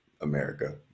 america